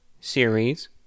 series